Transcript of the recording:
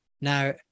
Now